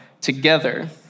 together